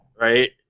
right